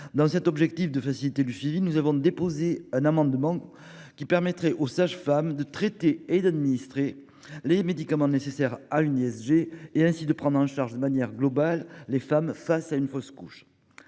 Dans l'objectif de faciliter le suivi, nous avons déposé un amendement visant à permettre aux sages-femmes de traiter et d'administrer les médicaments nécessaires à une ISG et ainsi de prendre en charge de manière globale les femmes face à une fausse couche.